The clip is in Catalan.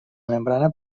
membrana